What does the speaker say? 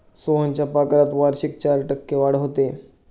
सोहनच्या पगारात वार्षिक चार टक्के वाढ होते